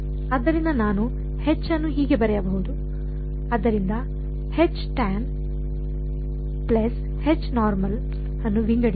ಆದ್ದರಿಂದ ನಾನು ಅನ್ನು ಹೀಗೆ ಬರೆಯಬಹುದು ಆದ್ದರಿಂದ ಅನ್ನು ವಿಂಗಡಿಸಿ